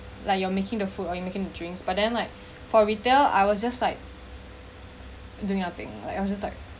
like you're making the food or you making drinks but then like for retail I was just like doing nothing like I'm just like